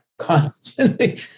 constantly